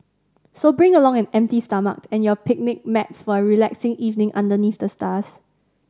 so bring along an empty stomach and your picnic mats for a relaxing evening under the stars